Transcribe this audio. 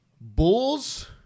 Bulls